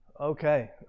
okay